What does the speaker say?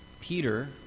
Peter